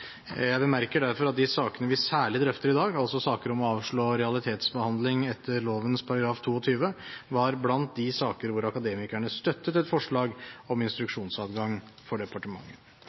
Jeg bemerker derfor at de sakene vi særlig drøfter i dag, altså saker om å avslå realitetsbehandling etter lovens § 32, var blant de saker hvor Akademikerne støttet et forslag om instruksjonsadgang for departementet.